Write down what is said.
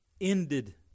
ended